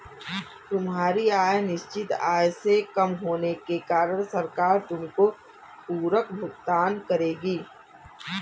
तुम्हारी आय निश्चित आय से कम होने के कारण सरकार तुमको पूरक भुगतान करेगी